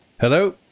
Hello